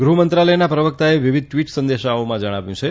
ગૃહમંત્રાલયના પ્રવક્તાએ વિવિધ ટ્વીટ સંદેશાઓમાં જણાવ્યું છે